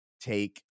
take